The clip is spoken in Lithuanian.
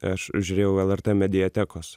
aš žiūrėjau lrt mediatekos